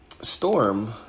storm